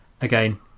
again